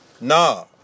nah